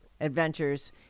adventures